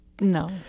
No